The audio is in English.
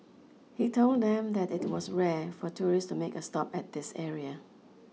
he told them that it was rare for tourists to make a stop at this area